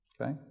Okay